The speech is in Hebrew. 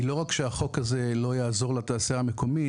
זה שלא רק שהחוק הזה לא יעזור לתעשייה המקומית,